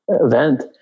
event